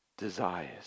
desires